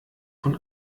von